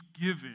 given